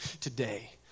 today